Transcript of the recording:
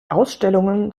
ausstellungen